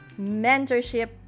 Mentorship